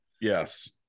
Yes